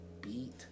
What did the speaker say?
beat